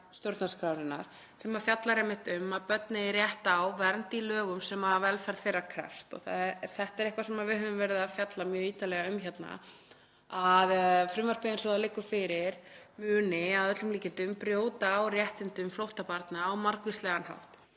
stjórnarskrárinnar sem fjallar einmitt um að börn eigi rétt á vernd í lögum sem velferð þeirra krefst. Þetta er eitthvað sem við höfum verið að fjalla mjög ítarlega um hérna, að frumvarpið eins og það liggur fyrir muni að öllum líkindum brjóta á réttindum flóttabarna á margvíslegan hátt.